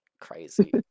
crazy